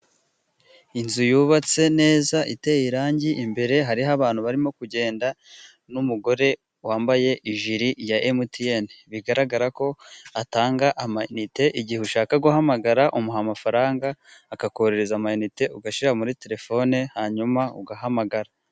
Inzu yubatse neza iteye irangi, imbere hariho abantu barimo kugenda n'umugore wambaye ijiri ya emutiyen, bigaragara ko atanga amayite, igihe ushaka guhamagara umuha amafaranga akakoherereza amayinite ugashyira muri telefone hanyuma ugahamagara.